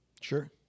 sure